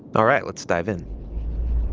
alright let's dive in.